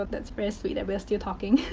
but that's very sweet that we're still talking.